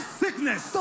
sickness